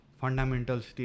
fundamentals